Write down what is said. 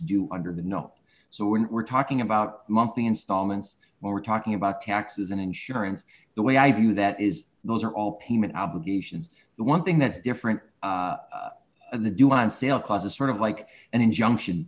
due under the not so when we're talking about monthly installments when we're talking about taxes and insurance the way i do that is those are all payment obligations the one thing that's different than the do on sale cause a sort of like an injunction